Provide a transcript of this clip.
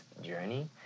journey